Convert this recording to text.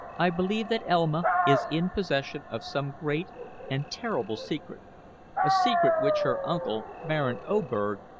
i believe that elma is in possession of some great and terrible secret a secret which her uncle, baron oberg,